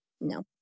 No